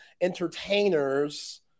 entertainers